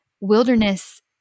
wilderness